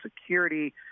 security